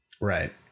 Right